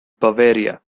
bavaria